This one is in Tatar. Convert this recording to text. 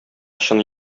чын